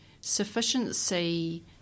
sufficiency